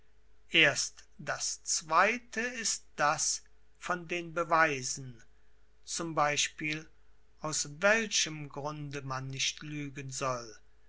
erst das zweite ist das von den beweisen z b aus welchem grunde man nicht lügen soll